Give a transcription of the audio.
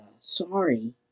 sorry